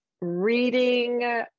Reading